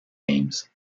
games